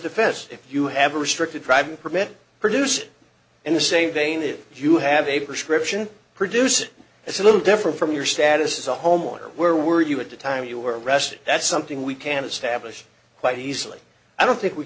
defense if you have a restricted crime permit produced in the same vein that you have a prescription produce that's a little different from your status as a homeowner where were you at the time you were arrested that's something we can establish quite easily i don't think we